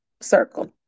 circle